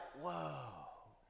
whoa